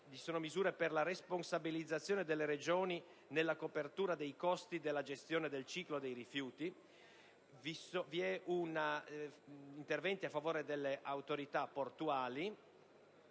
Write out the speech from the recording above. e misure per la responsabilizzazione delle Regioni nella copertura dei costi della gestione del ciclo dei rifiuti. Vi è un intervento a favore delle autorità portuali;